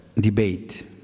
debate